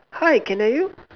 hi can hear you